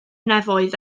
nefoedd